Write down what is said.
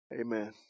Amen